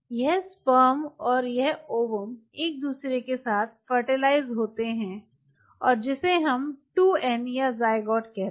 यह स्पर्म और यह ओवम एक दूसरे के साथ फर्टिलायज़ होते हैं और जिसे हम 2n या ज़ायगोट कहते हैं